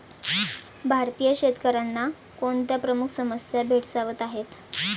भारतीय शेतकऱ्यांना कोणत्या प्रमुख समस्या भेडसावत आहेत?